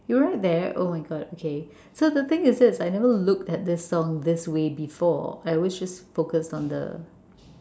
you're right there oh my god okay so the thing is it I never looked at this song this way before I always just focus on the